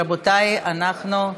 רבותיי, אנחנו,